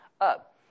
up